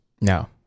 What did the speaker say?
No